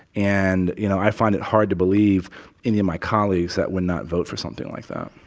and, you know, i find it hard to believe any of my colleagues that would not vote for something like that